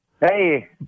Hey